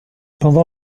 pendant